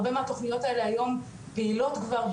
הרבה מהתוכניות האלה היום פעילות כבר,